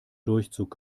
durchzug